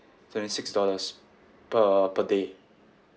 twenty six dollars per per day